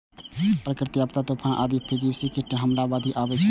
प्राकृतिक आपदा मे तूफान, आगि, परजीवी कीटक हमला आ बाढ़ि अबै छै